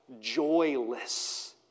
joyless